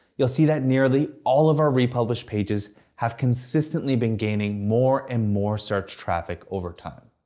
you'll see that nearly all of our republished pages have consistently been gaining more and more search traffic over time.